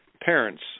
parents